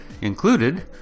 included